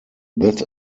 this